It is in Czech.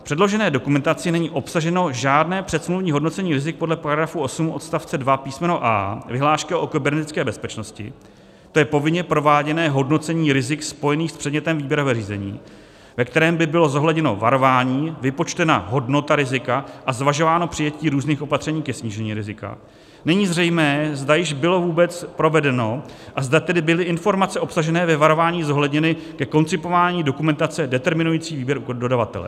V předložené dokumentaci není obsaženo žádné předsmluvní hodnocení rizik podle § 8 odst. 2 písm. a) vyhlášky o kybernetické bezpečnosti, to je povinně prováděné hodnocení rizik spojených s předmětem výběrového řízení, ve kterém by bylo zohledněno varování, vypočtená hodnota rizika a zvažováno přijetí různých opatření ke snížení rizika, není zřejmé, zda již bylo vůbec provedeno a zda tedy byly informace obsažené ve varování zohledněny ke koncipování dokumentace determinující výběr dodavatele.